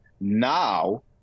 Now